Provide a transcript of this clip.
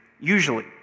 usually